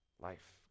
Life